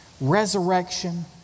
resurrection